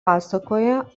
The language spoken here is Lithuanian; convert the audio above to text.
pasakoja